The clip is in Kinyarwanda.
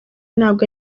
ntabwo